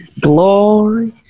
Glory